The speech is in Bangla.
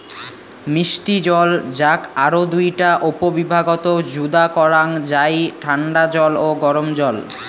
মিষ্টি জল যাক আরও দুইটা উপবিভাগত যুদা করাং যাই ঠান্ডা জল ও গরম জল